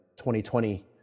2020